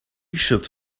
should